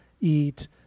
eat